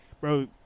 bro